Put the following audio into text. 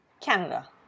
Canada